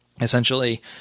essentially